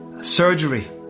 surgery